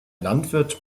landwirt